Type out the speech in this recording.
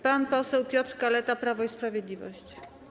Pan poseł Piotr Kaleta, Prawo i Sprawiedliwość.